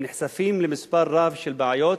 הם נחשפים למספר רב של בעיות